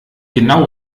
genau